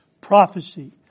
prophecy